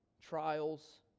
Trials